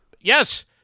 Yes